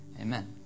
Amen